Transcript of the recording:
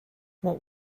what